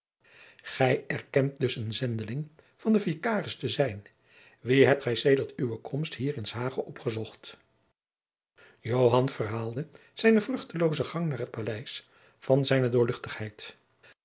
gij erkent dus een zendeling van den vicaris te zijn wie hebt gij sedert uwe komst hier in s hage opgezocht joan verhaalde zijne vruchtelooze gang naar het paleis van zijne